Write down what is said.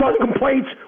complaints